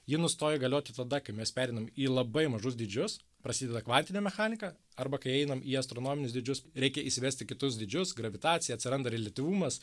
ji nustoja galioti tada kai mes pereinam į labai mažus dydžius prasideda kvantinė mechanika arba kai einam į astronominius dydžius reikia įsivesti kitus dydžius gravitaciją atsiranda reliatyvumas